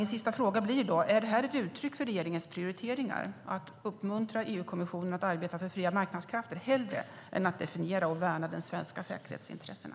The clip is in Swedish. Min sista fråga blir då: Är detta ett uttryck regeringens prioriteringar - att uppmuntra EU-kommissionen att arbeta för fria marknadskrafter hellre än att definiera och värna de svenska säkerhetsintressena?